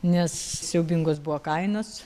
nes siaubingos buvo kainos